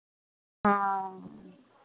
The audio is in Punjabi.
ਹਾਂ